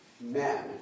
men